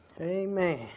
Amen